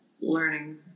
learning